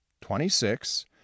Twenty-six